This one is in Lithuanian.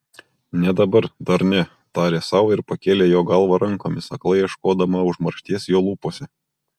ne dabar dar ne tarė sau ir pakėlė jo galvą rankomis aklai ieškodama užmaršties jo lūpose